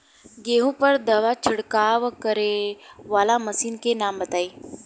गेहूँ पर दवा छिड़काव करेवाला मशीनों के नाम बताई?